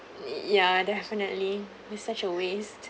ya definitely it's such a waste